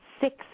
six